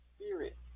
Spirit